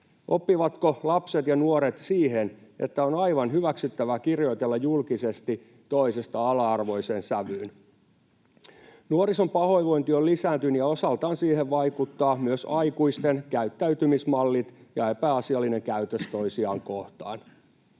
Oppivatko lapset ja nuoret siihen, että on aivan hyväksyttävää kirjoitella julkisesti toisesta ala-arvoiseen sävyyn? Nuorison pahoinvointi on lisääntynyt, ja osaltaan siihen vaikuttavat myös aikuisten käyttäytymismallit ja epäasiallinen käytös toisiaan kohtaan.